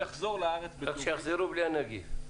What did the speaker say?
רק שיחזרו בלי הנגיף.